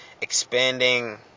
expanding